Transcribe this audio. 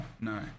no